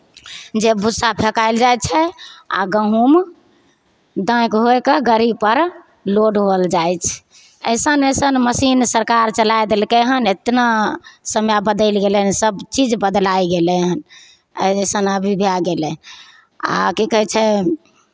जे भुस्सा फेकायल जाइ छै आ गहुँम दाँइक होय कऽ गाड़ीपर लोड होल जाइ छै अइसन अइसन मशीन सरकार चलाए देलकै हन एतना समय बदलि गेलै हन सभचीज बदला गेलै हन आइ अइसन अभी भए गेलै आ की कहै छै